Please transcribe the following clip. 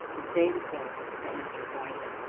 the same, sir, i answered, rising.